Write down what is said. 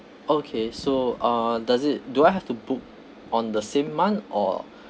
okay so uh does it do I have to book on the same month or